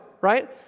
right